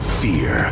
fear